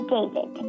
David